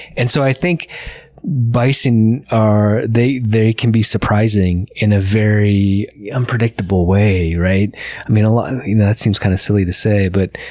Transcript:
and so i think bison are, they they can be surprising in a very unpredictable way. like that seems kind of silly to say, but